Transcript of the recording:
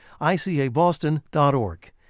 ICABoston.org